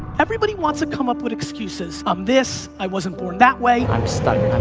everybody wants to come up with excuses. i'm this, i wasn't born that way. i'm stuck,